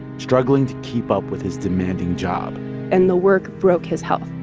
struggling to keep up with his demanding job and the work broke his health,